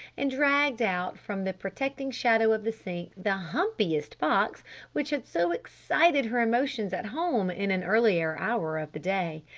and dragged out from the protecting shadow of the sink the humpiest box which had so excited her emotions at home in an earlier hour of the day.